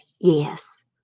yes